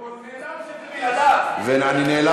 הוא נעלב שזה בלעדיו.